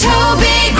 Toby